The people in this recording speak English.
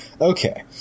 Okay